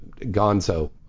gonzo